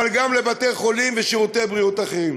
אבל גם לבתי-חולים ושירותי בריאות אחרים.